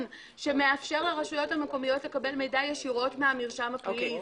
שמאפשר לרשויות המקומיות לקבל מידע ישירות מהמרשם הפלילי.